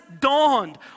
dawned